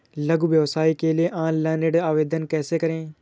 लघु व्यवसाय के लिए ऑनलाइन ऋण आवेदन कैसे करें?